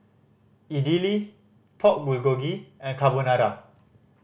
Idili Pork Bulgogi and Carbonara